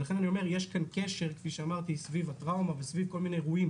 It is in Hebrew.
לכן אני אומר שיש כאן קשר סביב הטראומה וסביב כל מיני אירועים,